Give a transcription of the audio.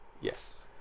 Yes